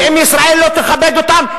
ואם ישראל לא תכבד אותן,